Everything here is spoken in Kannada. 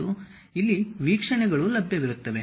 ಮತ್ತು ಇಲ್ಲಿ ವೀಕ್ಷಣೆಗಳು ಲಭ್ಯವಿರುತ್ತವೆ